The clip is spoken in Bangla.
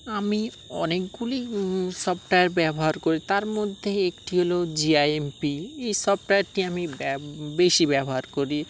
আমি অনেকগুলি সফটওয়্যার ব্যবহার করি তার মধ্যে একটি হলো জি আই এম পি এই সফটওয়্যারটি আমি ব্যব বেশি ব্যবহার করি